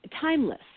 timeless